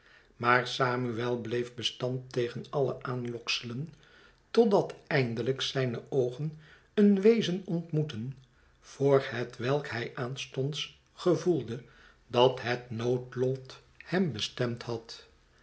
maar samuel bleef bestand tegen alle aanlokselen totdat eindelijk zijne oogen een wezen ontmoetten voor hetwelk hij aanstonds gevoelde dat het noodlot hem bestemd had